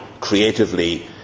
creatively